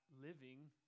living